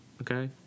Okay